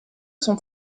sont